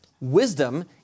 wisdom